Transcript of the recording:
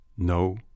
No